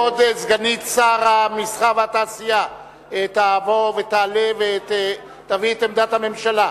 כבוד סגנית שר המסחר והתעשייה תבוא ותעלה ותביא את עמדת הממשלה.